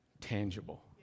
tangible